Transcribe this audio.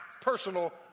personal